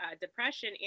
depression